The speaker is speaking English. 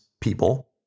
people